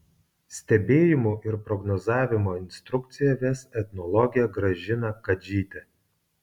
stebėjimų ir prognozavimo instrukciją ves etnologė gražina kadžytė